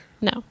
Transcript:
No